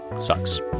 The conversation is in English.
sucks